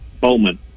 Bowman